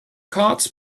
cards